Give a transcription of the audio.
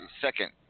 second